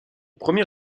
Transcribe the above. premier